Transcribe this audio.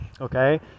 Okay